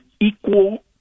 equal